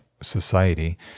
Society